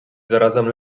zarazem